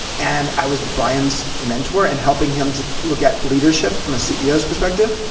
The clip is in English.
and i was brian's mentor and helping him to look at leadership from a ceo's perspective.